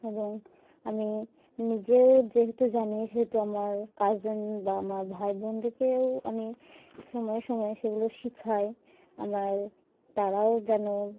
এবং আমি নিজেও যেহেতু জানি সেহেতু আমার কাজেন বা আমার ভাই বোনদেরকেও আমি সময়ে সময়ে সেগুলো শেখাই আমার তারাও যেন